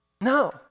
No